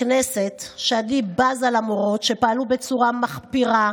הכנסת שאני בזה למורות, שפעלו בצורה מחפירה,